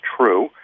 true